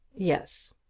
yes.